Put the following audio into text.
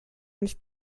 nicht